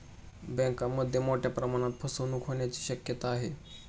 बँकांमध्ये मोठ्या प्रमाणात फसवणूक होण्याची शक्यता आहे